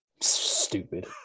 stupid